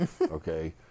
okay